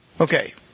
Okay